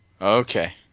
okay